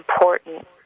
important